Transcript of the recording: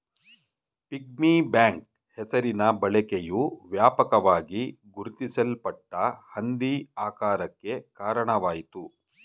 piggy bank ಹೆಸರಿನ ಬಳಕೆಯು ವ್ಯಾಪಕವಾಗಿ ಗುರುತಿಸಲ್ಪಟ್ಟ ಹಂದಿ ಆಕಾರಕ್ಕೆ ಕಾರಣವಾಯಿತು